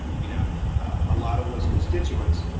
you know a lot of those constituents.